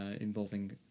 involving